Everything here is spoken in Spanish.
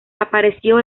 apareció